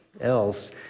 else